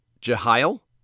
Jehiel